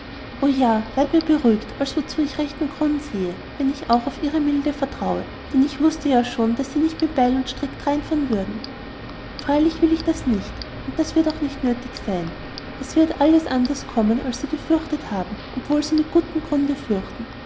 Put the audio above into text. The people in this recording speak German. o ja weit mehr beruhigt als wozu ich rechten grund sehe wenn ich auch auf ihre milde vertraue denn ich wußte ja schon daß sie nicht mit beil und strick dreinfahren würden freilich will ich das nicht und das wird auch nicht nötig sein es wird alles anders kommen als sie gefürchtet haben obwohl sie mit gutem grunde fürchteten